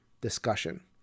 discussion